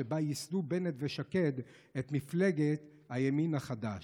שבה ייסדו בנט ושקד את מפלגת הימין החדש,